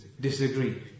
Disagree